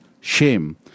shame